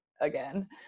again